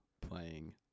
playing